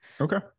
Okay